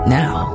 now